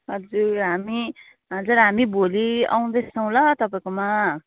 हजुर हामी हजुर हामी भोलि आउँदैछौँ ल तपाईँकोमा